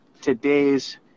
today's